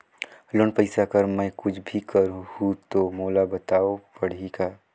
Loan पइसा कर मै कुछ भी करहु तो मोला बताव पड़ही का?